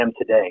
today